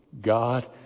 God